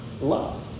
love